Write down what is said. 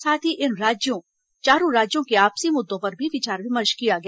साथ ही इन चारों राज्यों के आपसी मुद्दों पर भी विचार विमर्श किया गया